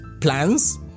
plans